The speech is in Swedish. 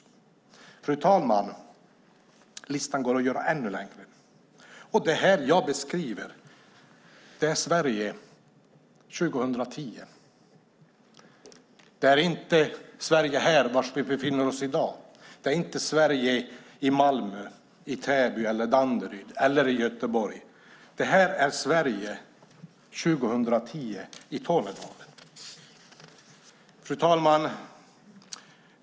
Fru talman! Listan går att göra ännu längre. Det jag beskriver är Sverige 2010. Det är inte det Sverige där vi befinner oss i dag. Det är inte ett Sverige man känner igen i Malmö, Täby, Danderyd eller Göteborg. Det här är Sverige 2010 i Tornedalen.